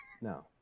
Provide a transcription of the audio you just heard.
No